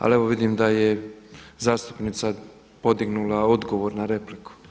Ali evo vidim da je zastupnica podignula odgovor na repliku.